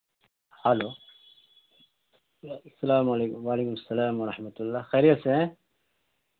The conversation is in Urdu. ہلو السّلام علیکم وعلیکم السّلام ورحمۃ اللہ خیریت سے ہیں